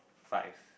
five